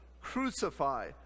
crucify